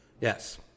Yes